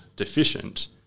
Deficient